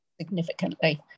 significantly